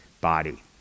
body